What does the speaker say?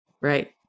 Right